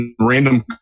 random